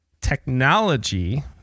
technology